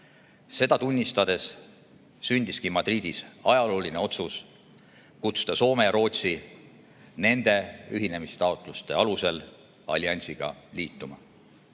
Seda tunnistades sündiski Madridis ajalooline otsus kutsuda Soome ja Rootsi nende ühinemistaotluste alusel alliansiga liituma.